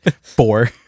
Four